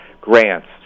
grants